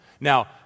Now